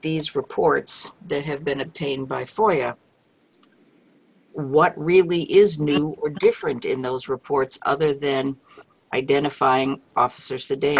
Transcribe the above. these reports that have been obtained by floria what really is new or different in those reports other than identifying officers today